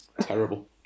Terrible